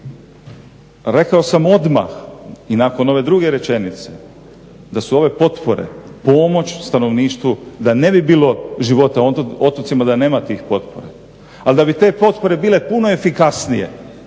Rekao sam odmah i nakon ove druge rečenice da su ove potpore pomoć stanovništvu, da ne bi bilo života na otocima da nema tih potpora. Ali da bi te potpore bile puno efikasnije